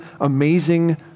amazing